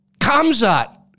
Kamzat